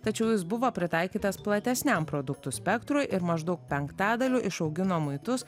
tačiau jis buvo pritaikytas platesniam produktų spektrui ir maždaug penktadaliu išaugino muitus